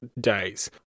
days